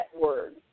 word